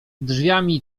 drzwiami